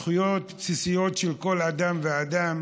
זכויות בסיסיות של כל אדם ואדם